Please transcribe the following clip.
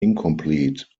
incomplete